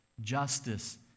justice